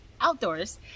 outdoors